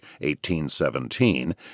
1817